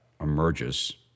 emerges